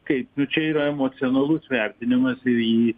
kaip nu čia yra emocionalus vertinimas ir jį